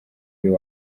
uyu